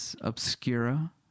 Obscura